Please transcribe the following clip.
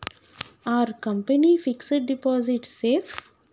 Are company fixed deposit safe?